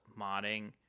modding